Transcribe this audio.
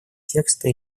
текста